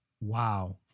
Wow